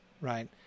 right